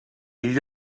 gli